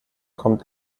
kommt